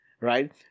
Right